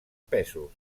pesos